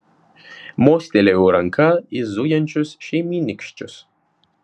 mostelėjau ranka į zujančius šeimynykščius